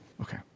Okay